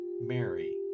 Mary